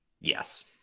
Yes